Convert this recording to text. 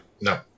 No